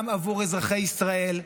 גם עבור אזרחי ישראל,